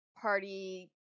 party